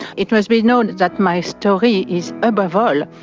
it must be known that my story is, above all,